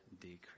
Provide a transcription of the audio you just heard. decrease